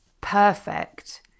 perfect